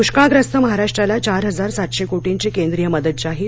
दुष्काळग्रस्त महाराष्ट्राला चार हजार सातशे कोटींची केंद्रीय मदत जाहीर